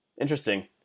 Interesting